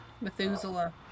Methuselah